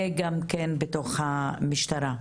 וגם כן בתוך המשטרה.